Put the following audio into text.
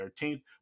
13th